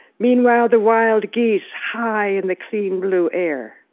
meanwhile the wild geese, high in the clean blue air,